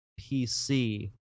PC